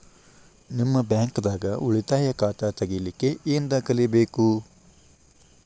ನಿಮ್ಮ ಬ್ಯಾಂಕ್ ದಾಗ್ ಉಳಿತಾಯ ಖಾತಾ ತೆಗಿಲಿಕ್ಕೆ ಏನ್ ದಾಖಲೆ ಬೇಕು?